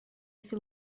esse